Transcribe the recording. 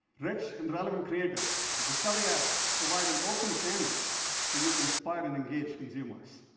rich and relevant creatives. discovery ads provide an open canvas for you to inspire and engage consumers.